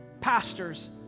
pastors